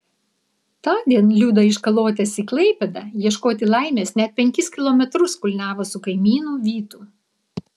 tądien liuda iš kalotės į klaipėdą ieškoti laimės net penkis kilometrus kulniavo su kaimynu vytu